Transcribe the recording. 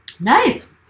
Nice